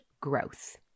growth